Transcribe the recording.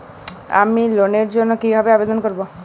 আমি লোনের জন্য কিভাবে আবেদন করব?